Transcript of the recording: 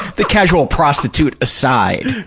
the casual prostitute aside.